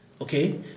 okay